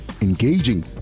engaging